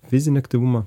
fizinį aktyvumą